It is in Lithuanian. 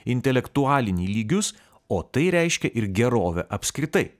intelektualinį lygius o tai reiškia ir gerovę apskritai